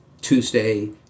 Tuesday